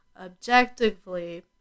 objectively